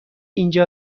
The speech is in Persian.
اینجا